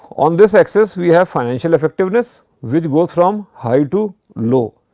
on this axis we have financial effectiveness which goes from high to low,